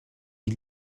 ils